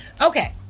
Okay